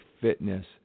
fitness